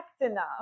enough